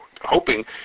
hoping